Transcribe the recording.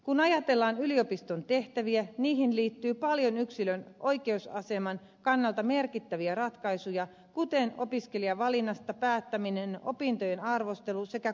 kun ajatellaan yliopiston tehtäviä niihin liittyy paljon yksilön oikeusaseman kannalta merkittäviä ratkaisuja kuten opiskelijavalinnasta päättäminen opintojen arvostelu sekä kurinpito